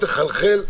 יפה.